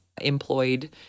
employed